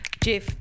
Jeff